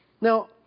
Now